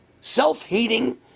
self-hating